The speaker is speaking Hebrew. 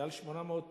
מעל